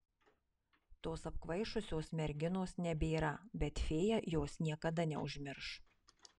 tos apkvaišusios merginos nebėra bet fėja jos niekada neužmirš